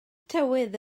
tywydd